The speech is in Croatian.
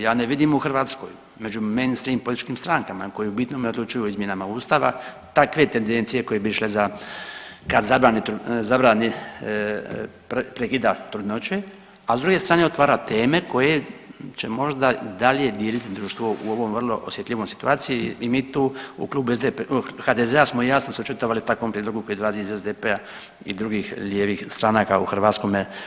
Ja ne vidim u Hrvatskoj među mainstream političkim strankama koje u bitnome odlučuju o izmjenama ustava takve tendencije koje bi išle za, ka zabrani, zabrani prekida trudnoće, a s druge strane otvara teme koje će možda dalje dijelit društvo u ovoj vrlo osjetljivoj situaciji i mi tu u Klubu HDZ-a smo jasno se očitovali o takvom prijedlogu koji dolazi iz SDP-a i drugih lijevih stranaka u HS.